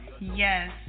Yes